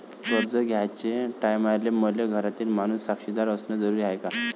कर्ज घ्याचे टायमाले मले घरातील माणूस साक्षीदार असणे जरुरी हाय का?